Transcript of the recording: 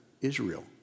Israel